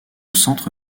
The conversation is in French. centre